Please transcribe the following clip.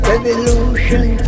Revolution